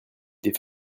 des